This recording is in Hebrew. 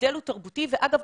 ההבדל הוא תרבותי ואגב,